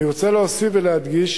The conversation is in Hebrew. אני רוצה להוסיף ולהדגיש